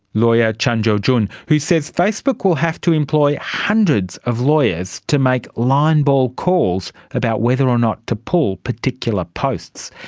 lawyer chan jo jun, who says facebook will have to employ hundreds of lawyers to make line-ball calls about whether or not to pull particular posts.